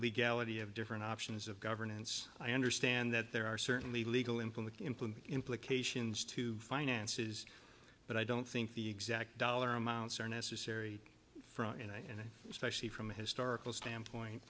legality of different options of governance i understand that there are certainly legal implement the implement implications to finances but i don't think the exact dollar amounts are necessary and especially from a historical standpoint